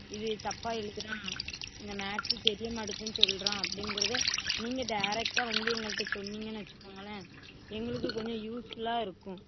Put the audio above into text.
இது தப்பா எழுதுறான் இந்த மேக்ஸு தெரிய மாட்டேதுன்னு சொல்கிறான் அப்டிங்கிறதை நீங்கள் டேரெக்டாக வந்து எங்கள்கிட்ட சொன்னீங்கன்னு வச்சுக்கோங்களேன் எங்களுக்கு கொஞ்சம் யூஸ்ஃபுலாக இருக்கும்